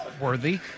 worthy